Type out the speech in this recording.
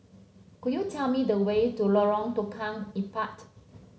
could you tell me the way to Lorong Tukang Empat